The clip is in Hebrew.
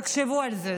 תחשבו על זה.